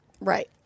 right